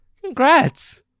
Congrats